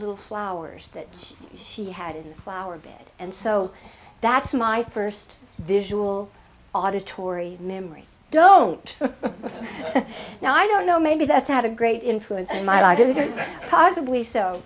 little flowers that she had in flower bed and so that's my first visual auditory memory i don't know i don't know maybe that had a great influence on my life the